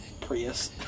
Prius